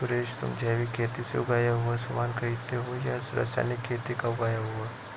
सुरेश, तुम जैविक खेती से उगाया हुआ सामान खरीदते हो या रासायनिक खेती का उगाया हुआ?